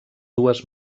dues